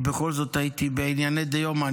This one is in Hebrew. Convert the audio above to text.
כי בכל זאת, הייתי בענייני דיומא.